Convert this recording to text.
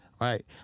Right